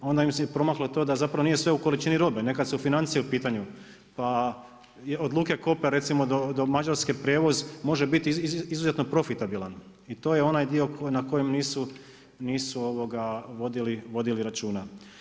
Onda im se i promaklo to da zapravo nije sve u količini robe, nekad su financije u pitanju pa od luke Koper recimo do Mađarske prijevoz može biti izuzetno profitabilan i to je onaj dio na kojem nisu vodili računa.